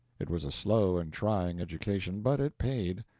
it was a slow and trying education, but it paid.